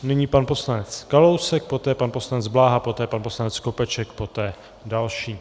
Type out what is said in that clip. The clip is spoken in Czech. Nyní pan poslanec Kalousek, poté pan poslanec Bláha, poté pan poslanec Skopeček, poté další.